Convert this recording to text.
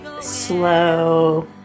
slow